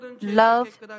love